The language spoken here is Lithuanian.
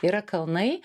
yra kalnai